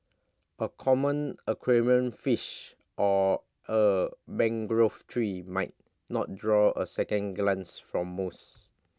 A common aquarium fish or A mangrove tree might not draw A second glance from most